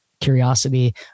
curiosity